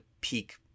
peak